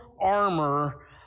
armor